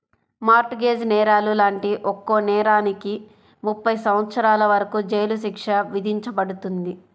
mart gauge నేరాలు లాంటి ఒక్కో నేరానికి ముప్పై సంవత్సరాల వరకు జైలు శిక్ష విధించబడుతుంది